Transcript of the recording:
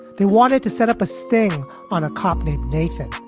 they wanted to set up a sting on a cop named nathan.